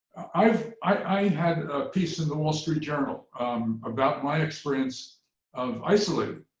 i had a piece in the wall street journal about my experience of isolating.